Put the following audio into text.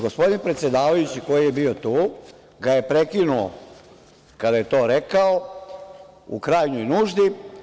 Gospodin predsedavajući koji je bio tu ga je prekinuo kada je to rekao u krajnjoj nuždi.